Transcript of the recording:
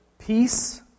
Peace